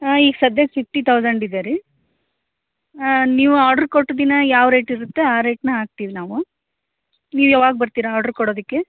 ಹಾಂ ಈಗ ಸದ್ಯಕ್ಕೆ ಫಿಫ್ಟಿ ತೌಸಂಡ್ ಇದೆ ರೀ ನೀವು ಆರ್ಡ್ರ್ ಕೊಟ್ಟ ದಿನ ಯಾವ ರೇಟ್ ಇರುತ್ತೆ ಆ ರೇಟ್ನ ಹಾಕ್ತೀವಿ ನಾವು ನೀವು ಯಾವಾಗ ಬರ್ತೀರಾ ಆರ್ಡ್ರ್ ಕೊಡೋದಕ್ಕೆ